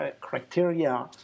criteria